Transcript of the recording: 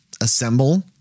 assemble